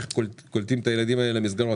איך קולטים את הילדים האלה במסגרות?